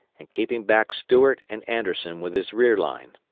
and keeping back stuart and anderson with his rear line.